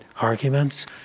arguments